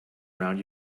round